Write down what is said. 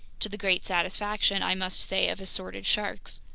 to the great satisfaction, i must say, of assorted sharks.